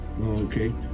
okay